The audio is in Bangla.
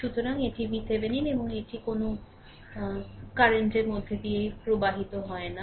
সুতরাং এটি VThevenin এবং এটি কোনও current এর মধ্য দিয়ে প্রবাহিত হয় না